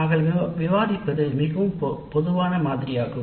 நாங்கள் விவாதிப்பது மிகவும் பொதுவான மாதிரி ஆகும்